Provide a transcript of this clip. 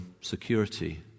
security